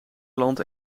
land